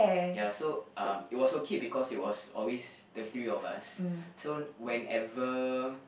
ya so um it was okay because it was always the three of us so whenever